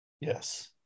Yes